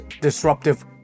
disruptive